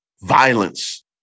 violence